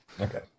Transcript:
Okay